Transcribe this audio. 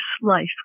life